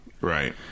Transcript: right